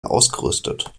ausgerüstet